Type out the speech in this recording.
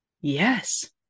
yes